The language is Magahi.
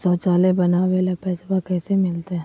शौचालय बनावे ले पैसबा कैसे मिलते?